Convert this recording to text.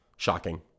Shocking